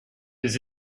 les